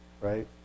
right